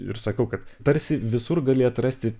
ir sakau kad tarsi visur gali atrasti